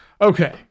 Okay